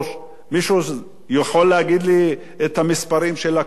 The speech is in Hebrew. מישהו יכול להגיד לי את המספרים של הקואליציה,